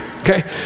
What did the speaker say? Okay